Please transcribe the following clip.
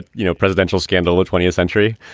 you know, presidential scandal, the twentieth century.